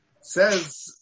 Says